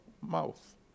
mouth